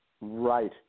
Right